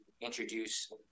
introduce